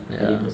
ya